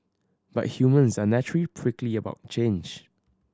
but humans are naturally prickly about change